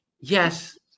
yes